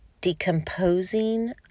decomposing